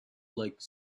like